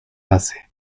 base